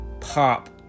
pop